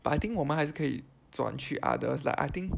but I think 我们还是可以转去 others lah I think